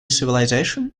civilization